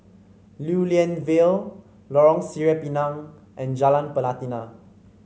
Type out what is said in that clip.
Lew Lian Vale Lorong Sireh Pinang and Jalan Pelatina